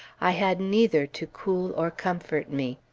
i had neither to cool or comfort me.